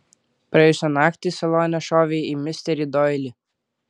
praėjusią naktį salone šovė į misterį doilį